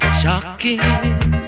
shocking